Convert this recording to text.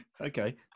Okay